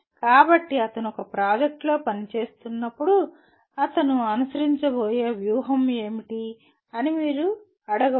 కాబట్టి అతను ఒక ప్రాజెక్ట్లో పనిచేస్తున్నప్పుడు అతను అనుసరించబోయే వ్యూహం ఏమిటి అని మీరు అడగవచ్చు